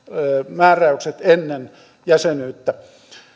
määräykset ennen jäsenyyttä